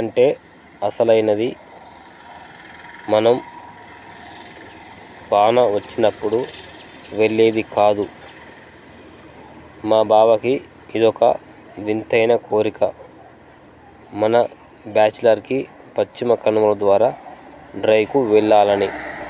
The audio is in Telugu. అంటే అసలైనది మనం వాన వచ్చినప్పుడు వెళ్ళేది కాదు మా బావకి ఇదొక వింతైన కోరిక మన బాచిలర్కి పశ్చిమ కనుమల ద్వారా డ్రైవ్కు వెళ్ళాలని